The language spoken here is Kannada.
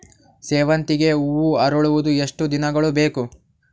ಸೇವಂತಿಗೆ ಹೂವು ಅರಳುವುದು ಎಷ್ಟು ದಿನಗಳು ಬೇಕು?